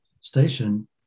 station